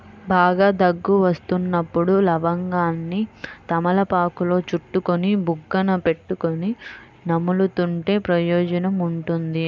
బాగా దగ్గు వస్తున్నప్పుడు లవంగాన్ని తమలపాకులో చుట్టుకొని బుగ్గన పెట్టుకొని నములుతుంటే ప్రయోజనం ఉంటుంది